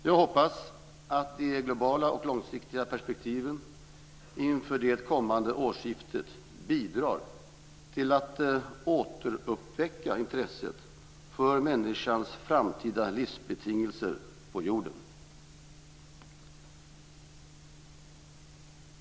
Jag hoppas att de globala och långsiktiga perspektiven inför det kommande årsskiftet bidrar till att återuppväcka intresset för människans framtida livsbetingelser på jorden.